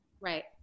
Right